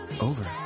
Over